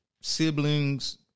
siblings